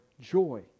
joy